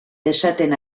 esaten